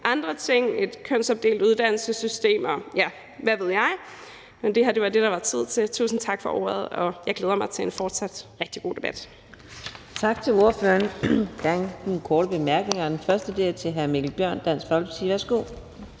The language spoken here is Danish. andre ting, bl.a. et kønsopdelt uddannelsessystem, og hvad ved jeg, men det her var det, der var tid til. Tusind tak for ordet. Jeg glæder mig til en fortsat rigtig god debat.